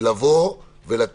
לתת בו עדיפות